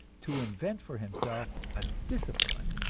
to invent for himself a discipline,